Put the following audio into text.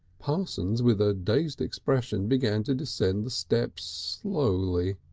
parsons, with a dazed expression, began to descend the steps slowly.